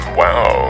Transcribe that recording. wow